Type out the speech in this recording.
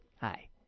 Hi